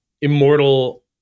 immortal